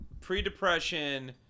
Pre-depression